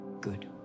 good